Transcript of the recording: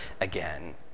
again